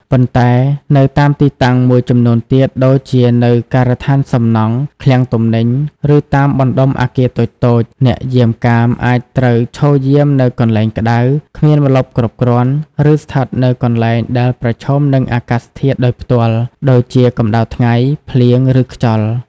ប៉ុន្តែនៅតាមទីតាំងមួយចំនួនទៀត ដូចជានៅការដ្ឋានសំណង់ ឃ្លាំងទំនិញ ឬតាមបណ្ដុំអគារតូចៗ អ្នកយាមកាមអាចត្រូវឈរយាមនៅកន្លែងក្តៅ គ្មានម្លប់គ្រប់គ្រាន់ ឬស្ថិតនៅកន្លែងដែលប្រឈមនឹងអាកាសធាតុដោយផ្ទាល់ ដូចជាកម្ដៅថ្ងៃ ភ្លៀង ឬខ្យល់។